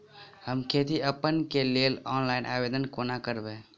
हम खेती ऋण केँ लेल ऑनलाइन आवेदन कोना करबै?